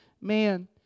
man